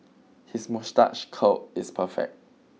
his moustache curl is perfect